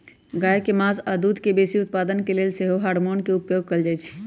गाय के मास आऽ दूध के बेशी उत्पादन के लेल सेहो हार्मोन के उपयोग कएल जाइ छइ